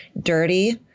dirty